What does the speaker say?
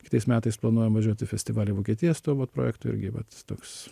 kitais metais planuojam važiuot į festivalį į vokietiją su tuo va projektu irgi vat toks